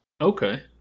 okay